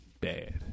Bad